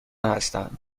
هستند